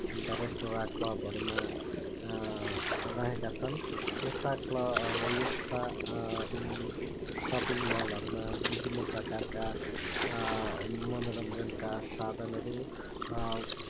अन्त रेस्टुरेन्ट क्लबहरूमा रहेका छन् यस्ता क्ल यस्ता सपिङ मलहरूमा विभिन्न प्रकारका मनोरञ्जनका साधनहरू